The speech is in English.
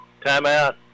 timeout